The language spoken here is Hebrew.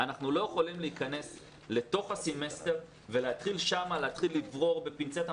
אנחנו לא יכולים להיכנס לתוך הסמסטר ולהתחיל שם לברור בפינצטה.